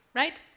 right